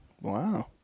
Wow